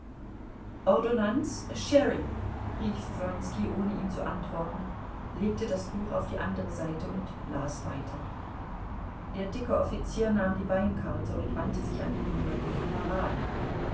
ordonnanz sherry rief wronski ohne ihm zu antworten legte das buch auf die andere seite und las weiter der dicke offizier nahm die weinkarte und wandte sich an den jüngeren kameraden